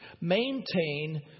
Maintain